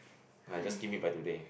ah it just give me by today